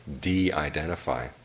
de-identify